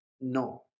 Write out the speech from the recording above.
No